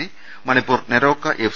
C Manipur Neroca F